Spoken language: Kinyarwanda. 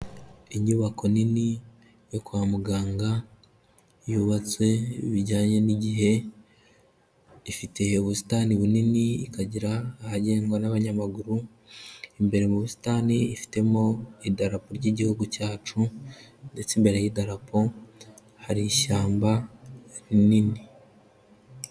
Inyubako nini yo kwa muganga yubatse bijyanye n'igihe, ifite ubusitani bunini, ikagira ahagendwa n'abanyamaguru, imbere mu busitani ifitemo idarapo ry'Igihugu cyacu ndetse imbere y'idarapo hari ishyamba rinini.